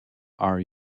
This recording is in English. are